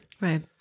Right